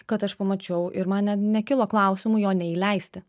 kad aš pamačiau ir man net nekilo klausimų jo neįleisti